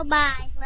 bye